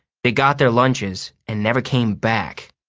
they got their lunches and never came back.